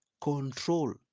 control